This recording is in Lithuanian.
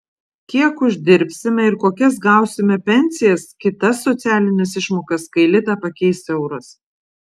kiek uždirbsime ir kokias gausime pensijas kitas socialines išmokas kai litą pakeis euras